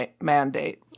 mandate